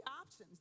options